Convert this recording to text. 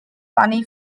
honey